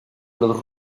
los